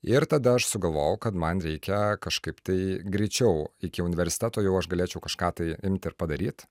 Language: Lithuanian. ir tada aš sugalvojau kad man reikia kažkaip tai greičiau iki universiteto jau aš galėčiau kažką tai imt ir padaryt